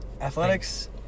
athletics